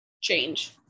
change